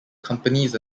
companies